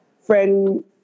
friend